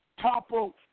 toppled